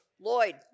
Lloyd